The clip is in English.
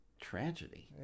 Tragedy